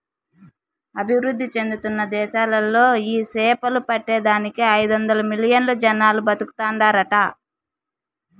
అభివృద్ధి చెందుతున్న దేశాలలో ఈ సేపలు పట్టే దానికి ఐదొందలు మిలియన్లు జనాలు బతుకుతాండారట